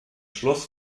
schloss